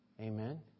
Amen